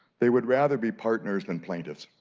they would rather be partners than plaintiffs.